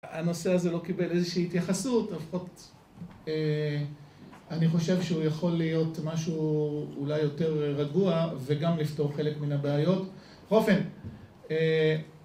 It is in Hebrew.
הנושא הזה לא קיבל איזושהי התייחסות, לפחות אני חושב שהוא יכול להיות משהו אולי יותר רגוע וגם לפתור חלק מן הבעיות. אופן.